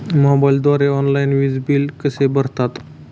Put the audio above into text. मोबाईलद्वारे ऑनलाईन वीज बिल कसे भरतात?